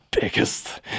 biggest